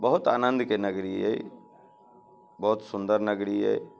बहुत आनन्दके नगरी अइ बहुत सुन्दर नगरी अइ